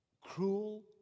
cruel